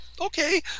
okay